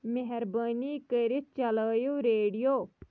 مہربٲنی کٔرِتھ چلایو ریڈیو